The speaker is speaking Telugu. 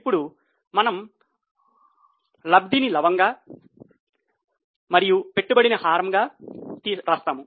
ఇప్పుడు మనము లబ్ధిని లవంగా మరియు పెట్టుబడిని హారంగా రాస్తాము